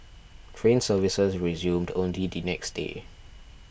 train services resumed only the next day